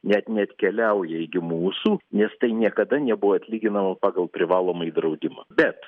net neatkeliauja igi mūsų nes tai niekada nebuvo atlyginama pagal privalomąjį draudimą bet